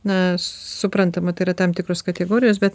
na suprantama tai yra tam tikros kategorijos bet